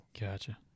Gotcha